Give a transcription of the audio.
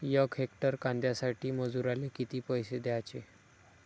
यक हेक्टर कांद्यासाठी मजूराले किती पैसे द्याचे?